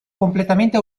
completamente